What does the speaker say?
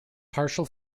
partial